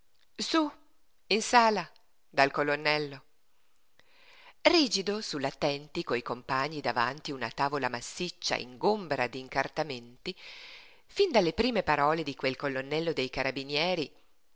sú in sala dal colonnello rigido sull'attenti coi compagni davanti una tavola massiccia ingombra d'incartamenti fin dalle prime parole di quel colonnello dei carabinieri